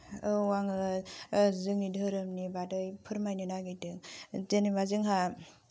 औ आङो जोंनि धोरोमनि बागै फोरमायनो नागिरदों जेनेबा जोंहा